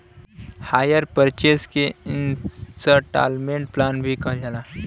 hire purchase के instalment plan भी कहल जाला